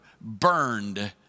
burned